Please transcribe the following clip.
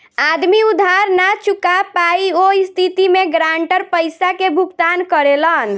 आदमी उधार ना चूका पायी ओह स्थिति में गारंटर पइसा के भुगतान करेलन